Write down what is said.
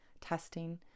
testing